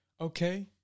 okay